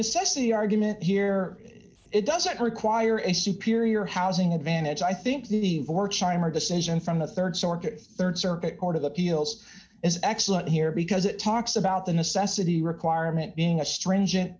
necessity argument here it doesn't require a superior housing advantage i think the four chime or decision from the rd circuit rd circuit court of appeals is excellent here because it talks about the necessity requirement being a stringent